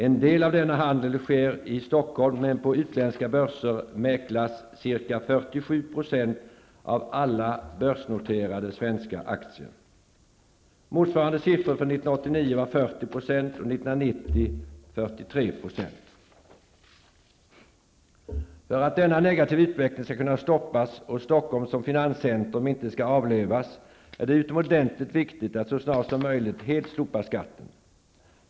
En del av denna handel sker i Stockholm, men på utländska börser mäklas ca 47 % av alla börsnoterade svenska aktier. Motsvarande siffror var 40 % för 1989 och För att denna negativa utveckling skall kunna stoppas och Stockholm som finanscentrum inte skall avlövas är det utomordentligt viktigt att så snart som möjligt helt slopa skatten.